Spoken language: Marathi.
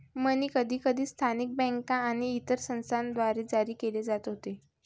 मनी कधीकधी स्थानिक बँका आणि इतर संस्थांद्वारे जारी केले जात होते